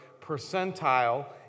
percentile